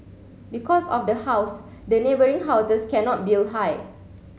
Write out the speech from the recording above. because of the house the neighbouring houses cannot build high